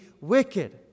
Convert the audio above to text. wicked